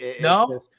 No